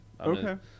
Okay